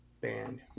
Band